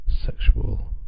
sexual